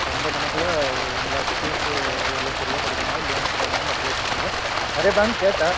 so அந்த கணக்கில் ஒரு ஒன் லேக் ருப்பீஸுக்கு ஒரு லட்சரூவா கிடைக்குற மாதிரி லோன் போடலான்ட்டு அப்ளை பண்ணிவிட்டேன் சார் நிறையா பேங்க் கேட்டேன்